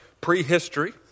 prehistory